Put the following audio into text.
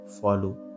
follow